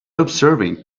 observing